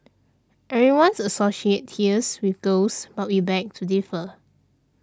everyone's associates tears with girls but we beg to differ